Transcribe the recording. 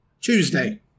Tuesday